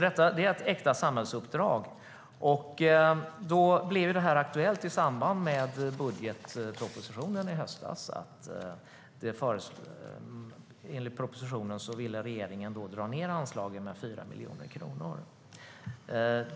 Detta är alltså ett äkta samhällsuppdrag, och det blev aktuellt i samband med budgetpropositionen i höstas. Enligt propositionen ville regeringen dra ned anslagen med 4 miljoner kronor.